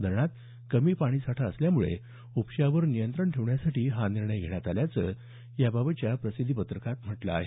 धरणात कमी पाणी साठा असल्यामुळे उपशावर नियंत्रण ठेवण्यासाठी हा निर्णय घेण्यात आल्याचं जलसंपदा विभागानं प्रसिद्धीस दिलेल्या पत्रकात म्हटलं आहे